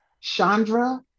Chandra